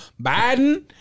Biden